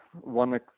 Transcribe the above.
one